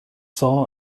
saw